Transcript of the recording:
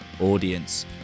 audience